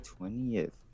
20th